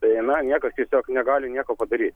tai na niekas tiesiog negali nieko padaryt